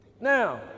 Now